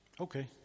Okay